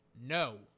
No